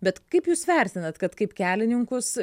bet kaip jūs vertinat kad kaip kelininkus